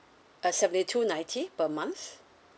uh seventy two ninety per month